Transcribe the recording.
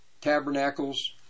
tabernacles